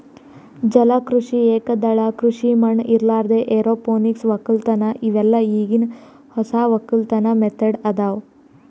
ಜಲ ಕೃಷಿ, ಏಕದಳ ಕೃಷಿ ಮಣ್ಣ ಇರಲಾರ್ದೆ ಎರೋಪೋನಿಕ್ ವಕ್ಕಲತನ್ ಇವೆಲ್ಲ ಈಗಿನ್ ಹೊಸ ವಕ್ಕಲತನ್ ಮೆಥಡ್ ಅದಾವ್